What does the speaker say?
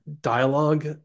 dialogue